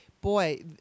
boy